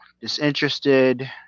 disinterested